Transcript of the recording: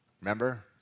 Remember